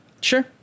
Sure